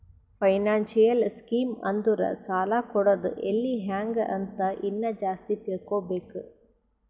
financial scheme ಅಂದುರ್ ಸಾಲ ಕೊಡದ್ ಎಲ್ಲಿ ಹ್ಯಾಂಗ್ ಅಂತ ಇನ್ನಾ ಜಾಸ್ತಿ ತಿಳ್ಕೋಬೇಕು